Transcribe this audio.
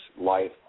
life